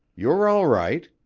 you are all right,